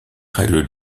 règles